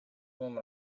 women